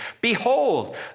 Behold